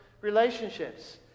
relationships